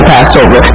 Passover